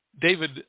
David